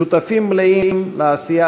שותפים מלאים לעשייה